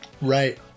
Right